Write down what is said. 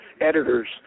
editors